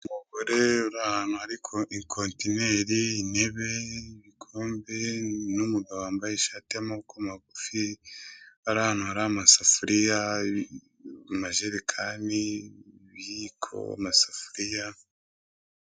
Umugore uri ahantu hari ibikontineri, intebe, ibikombe n'umugabo wambaye ishati y'amaboko magufi bari ahantu hari amasafuriya, amajerekani, ibiyiko, amasafuriya.